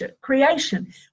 creation